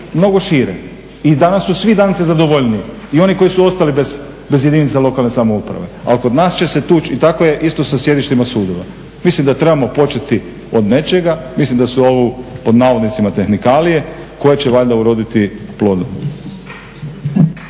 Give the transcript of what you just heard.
mnogo šire i danas su svi Danci zadovoljniji. I oni koji su ostali bez jedinica lokalne samouprave. Ali kod nas će se tuči i tako je isto sa sjedištima sudova. Mislim da trebamo početi od nečega. Mislim da su ovo pod navodnicima tehnikalije koje će valjda uroditi plodom.